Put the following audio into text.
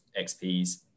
xps